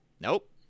Nope